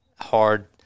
hard